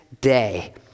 day